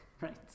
Right